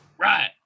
Right